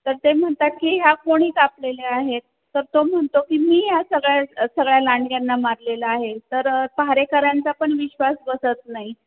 तर ते म्हणतात की ह्या कोणी कापलेल्या आहेत तर तो म्हणतो की मी ह्या सगळ्या सगळ्या लांडग्याना मारलेलं आहे तर पहारेकऱ्यांचा पण विश्वास बसत नाही